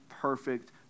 perfect